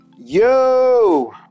Yo